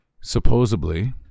supposedly